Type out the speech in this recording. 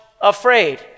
afraid